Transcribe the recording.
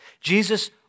Jesus